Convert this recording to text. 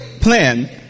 plan